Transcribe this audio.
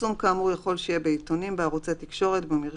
תפרסם את עיקרי